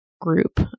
group